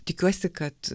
tikiuosi kad